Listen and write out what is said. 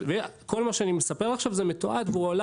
כל מה שאני מספר עכשיו זה מתועד והועלה